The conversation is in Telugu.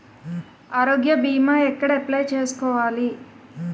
ఆరోగ్య భీమా ఎక్కడ అప్లయ్ చేసుకోవాలి?